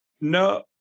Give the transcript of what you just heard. No